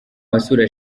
basura